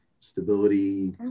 Stability